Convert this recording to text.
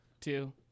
two